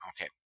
Okay